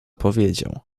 powiedział